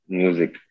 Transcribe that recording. music